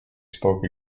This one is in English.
spoke